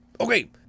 Okay